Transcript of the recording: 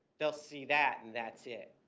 they'll see that and that's it.